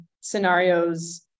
scenarios